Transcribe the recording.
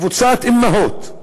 קבוצת אימהות,